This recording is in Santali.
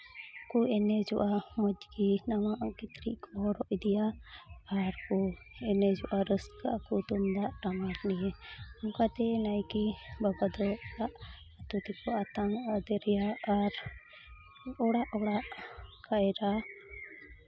ᱠᱚ ᱮᱱᱮᱡᱚᱜᱼᱟ ᱢᱚᱡᱽ ᱜᱮ ᱱᱟᱣᱟᱱᱟᱜ ᱠᱤᱪᱨᱤᱡᱽ ᱠᱚ ᱦᱚᱨᱚᱜ ᱤᱫᱤᱭᱟ ᱟᱨᱠᱚ ᱮᱱᱮᱡᱚᱜᱼᱟ ᱨᱟᱹᱥᱠᱟᱹ ᱟᱠᱚ ᱛᱩᱢᱫᱟᱜ ᱴᱟᱢᱟᱠ ᱱᱤᱭᱮ ᱚᱱᱠᱟᱛᱮ ᱱᱟᱭᱠᱮ ᱵᱟᱵᱟ ᱫᱚ ᱚᱲᱟᱜ ᱛᱮᱠᱚ ᱟᱛᱟᱝ ᱟᱫᱮᱨᱮᱭᱟ ᱟᱨ ᱚᱲᱟᱜ ᱚᱲᱟᱜ ᱠᱟᱭᱨᱟ